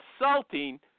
insulting